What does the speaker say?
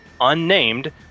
unnamed